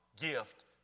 gift